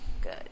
Good